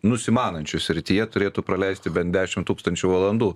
nusimanančiu srityje turėtų praleisti bent dešimt tūkstančių valandų